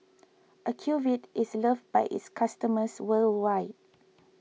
Ocuvite is loved by its customers worldwide